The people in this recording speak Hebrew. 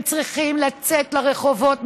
הם צריכים לצאת לרחובות.